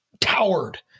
towered